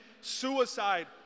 suicide